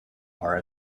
are